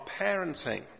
parenting